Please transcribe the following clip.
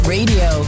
Radio